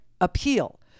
appeal